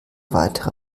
weitere